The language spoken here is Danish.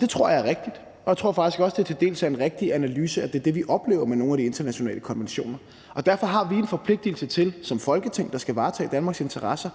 Det tror jeg er rigtigt. Jeg tror faktisk også, at det til dels er en rigtig analyse, at det er det, vi oplever med nogle af de internationale konventioner. Derfor har vi en forpligtigelse til som Folketing, der skal varetage Danmarks interesser,